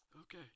Okay